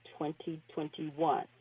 2021